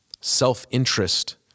self-interest